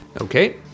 Okay